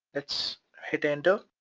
let's hit and